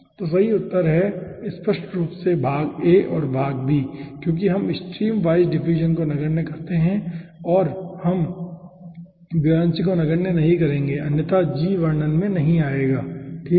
तो सही उत्तर स्पष्ट रूप से भाग a और भाग b होगा क्योंकि हम स्ट्रीम वाइज डिफ्यूज़न को नगण्य करते हैं और हम और हम ब्योयांसी को नगण्य नहीं करेंगे अन्यथा g वर्णन में नहीं आएगा ठीक है